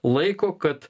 laiko kad